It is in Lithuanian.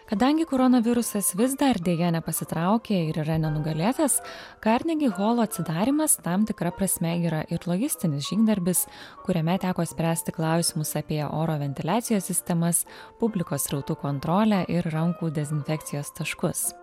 kadangi koronavirusas vis dar deja nepasitraukė ir yra nenugalėtas karnegi holo atsidarymas tam tikra prasme yra ir logistinis žygdarbis kuriame teko spręsti klausimus apie oro ventiliacijos sistemas publikos srautų kontrolę ir rankų dezinfekcijos taškus